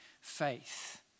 faith